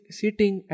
sitting